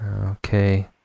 Okay